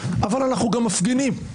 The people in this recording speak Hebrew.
אבל אנחנו גם מפגינים,